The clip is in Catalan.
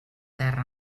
terra